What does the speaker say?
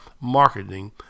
marketing